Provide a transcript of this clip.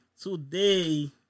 Today